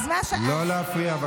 ולא להפריע לה.